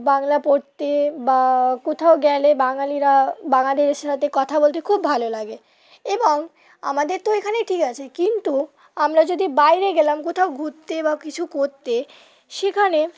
বাংলা পড়তে বা কোথাও গেলে বাঙালিরা বাঙালিদের সাথে কথা বলতে খুব ভালো লাগে এবং আমাদের তো এখানেই ঠিক আছে কিন্তু আমরা যদি বাইরে গেলাম কোথাও ঘুরতে বা কিছু করতে সেখানে